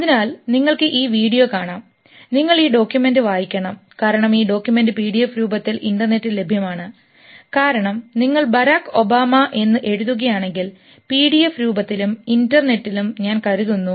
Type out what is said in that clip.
അതിനാൽ നിങ്ങൾക്ക് ഈ വീഡിയോ കാണാം നിങ്ങൾ ഈ ഡോക്യുമെൻറ് വായിക്കണം കാരണം ഈ ഡോക്യുമെൻറ് PDF രൂപത്തിൽ ഇൻറർനെറ്റിൽ ലഭ്യമാണ് കാരണം നിങ്ങൾ ബരാക് ഒബാമ എന്ന് എഴുതുകയാണെങ്കിൽ PDF രൂപത്തിലും ഇൻറർനെറ്റിലും ഞാൻ കരുതുന്നു